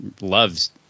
loves